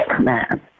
man